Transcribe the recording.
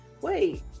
wait